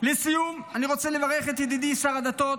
לסיום אני רוצה לברך את ידידי שר הדתות,